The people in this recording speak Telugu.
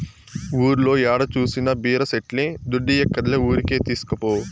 ఊర్లో ఏడ జూసినా బీర సెట్లే దుడ్డియ్యక్కర్లే ఊరికే తీస్కపో